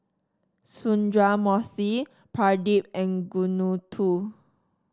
Sundramoorthy Pradip and